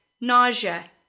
nausea